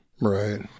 Right